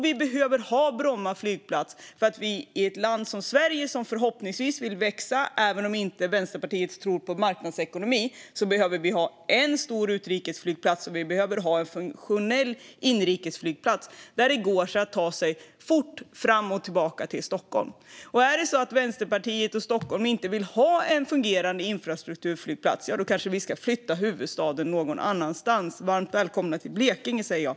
Vi behöver också Bromma flygplats eftersom vi i ett land som Sverige som förhoppningsvis vill växa, även om inte Vänsterpartiet tror på marknadsekonomi, behöver både en stor utrikesflygplats och en funktionell inrikesflygplats där det går att ta sig fort fram och tillbaka till Stockholm. Är det så att Vänsterpartiet och Stockholm inte vill ha en fungerande infrastrukturflygplats kanske vi ska flytta huvudstaden någon annanstans. Varmt välkomna till Blekinge, säger jag!